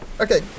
okay